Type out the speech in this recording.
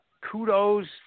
kudos